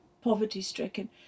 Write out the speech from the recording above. poverty-stricken